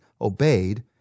obeyed